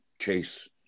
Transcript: chase